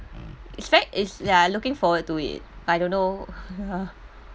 it's very it's ya looking forward to it I don't know